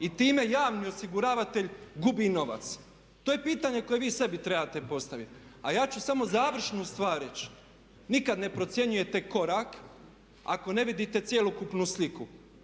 i time javni osiguravatelj gubi novac? To je pitanje koje vi sebi trebate postaviti. A ja ću samo završnu stvar reći, nikad ne procjenjujete korak ako ne vidite cjelokupnu sliku.